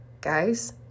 guys